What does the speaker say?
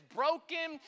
broken